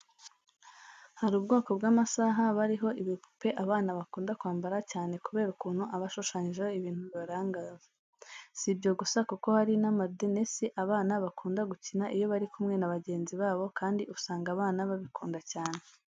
Hari ubwoko bw'amasaha aba ariho ibipupe abana bakunda kwambara cyane kubera ukuntu aba ashushanyijeho ibintu bibarangaza. Si ibyo gusa kuko hari n'amadenesi abana bakunda gukina iyo bari kumwe na bagenzi babo kandi usanga abana babikunda cyane.